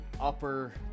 Upper